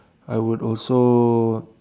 I would also